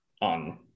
on